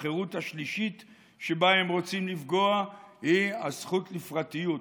החירות השלישית שבה הם רוצים לפגוע היא הזכות לפרטיות.